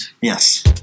yes